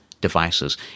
devices